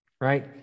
right